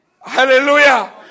hallelujah